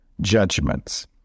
judgments